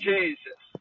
Jesus